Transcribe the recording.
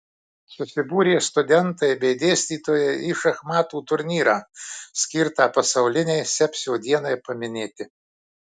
susibūrė studentai bei dėstytojai į šachmatų turnyrą skirtą pasaulinei sepsio dienai paminėti